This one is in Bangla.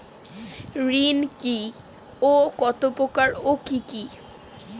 ঋণ কি ও কত প্রকার ও কি কি?